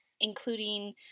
including